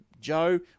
Joe